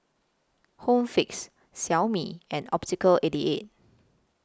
Home Fix Xiaomi and Optical eighty eight